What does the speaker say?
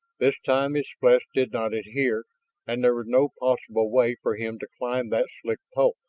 this time his flesh did not adhere and there was no possible way for him to climb that slick pole.